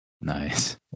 Nice